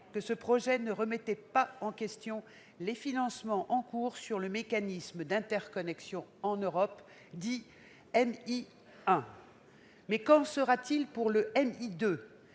que ce projet ne remettait pas en question les financements en cours sur le mécanisme pour l'interconnexion en Europe, dit MIE 1. Mais qu'en sera-t-il pour le MIE